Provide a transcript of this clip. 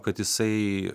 kad jisai